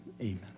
Amen